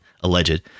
alleged